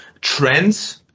trends